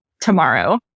tomorrow